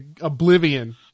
oblivion